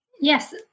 Yes